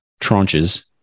tranches